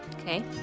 Okay